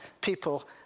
people